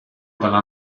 dalla